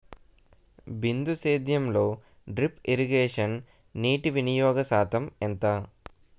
బిందు సేద్యంలో drip irrigation నీటివినియోగ శాతం ఎంత?